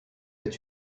est